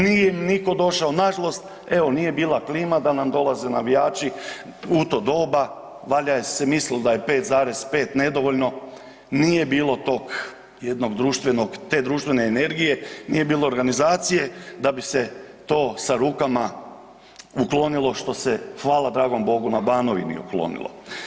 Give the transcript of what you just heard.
Nije im nitko došao nažalost, evo nije bila klima da nam dolaze navijaču u to doba, valjda se mislimo da je 5,5 nedovoljno, nije bilo tog jednog društvenog, te društvene energije, nije bilo organizacije da bi se to sa rukama uklonilo što se, hvala dragom Bogu na Banovini uklonilo.